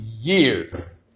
years